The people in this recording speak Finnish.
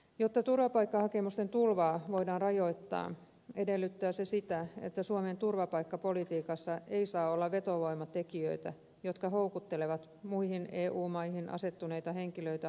jotta turvapaikkahakemusten tulvaa voidaan rajoittaa edellyttää se sitä että suomen turvapaikkapolitiikassa ei saa olla vetovoimatekijöitä jotka houkuttelevat muihin eu maihin asettuneita henkilöitä hakeutumaan suomeen